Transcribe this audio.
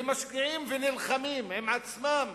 ומשקיעים ונלחמים עם עצמם